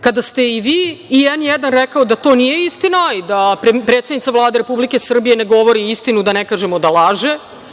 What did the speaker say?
kada ste i vi i „N1“ rekli da to nije istina i da predsednica Vlade Republike Srbije ne govori istinu, da ne kažemo da laže,